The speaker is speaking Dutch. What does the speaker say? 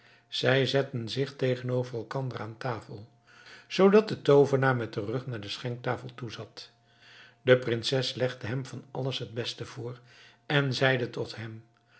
zij zetten zich tegenover elkander aan tafel zoodat de toovenaar met den rug naar de schenktafel toe zat de prinses legde hem van alles het beste voor en zei tot hem